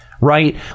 right